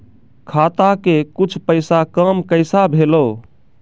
खाता के कुछ पैसा काम कैसा भेलौ?